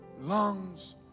lungs